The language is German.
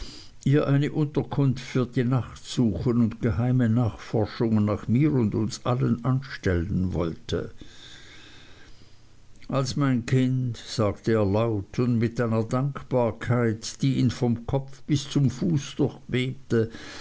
ihr eine unterkunft für die nacht suchen und geheime nachforschungen nach mir und uns allen anstellen wollte als mein kind sagte er laut und mit einer dankbarkeit die ihn vom kopf bis zum fuß